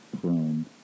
prone